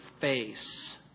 face